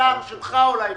הצער שלך בעניין.